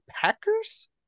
Packers